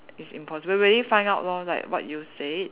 it's impossible will really find out lor like what you say